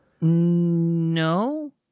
No